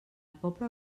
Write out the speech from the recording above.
poble